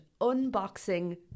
unboxing